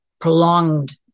prolonged